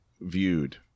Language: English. viewed